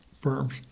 firms